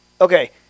Okay